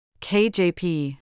KJP